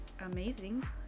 amazing